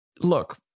look